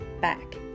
back